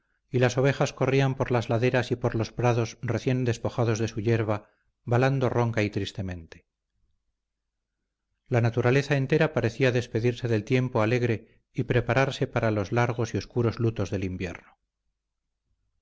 y las ovejas corrían por las laderas y por los prados recién despojados de su yerba balando ronca y tristemente la naturaleza entera parecía despedirse del tiempo alegre y prepararse para los largos y oscuros lutos del invierno